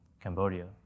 Cambodia